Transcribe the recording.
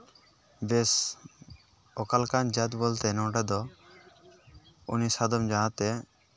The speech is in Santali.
ᱵᱮᱥ ᱚᱠᱟ ᱞᱮᱠᱟᱱ ᱡᱟᱹᱛ ᱵᱚᱞᱛᱮ ᱱᱚᱸᱰᱮ ᱫᱚ ᱩᱱᱤ ᱥᱟᱫᱚᱢ ᱡᱟᱦᱟᱸᱛᱮ